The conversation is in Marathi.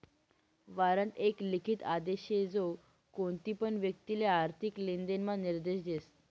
वारंट एक लिखित आदेश शे जो कोणतीपण व्यक्तिले आर्थिक लेनदेण म्हा निर्देश देस